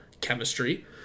chemistry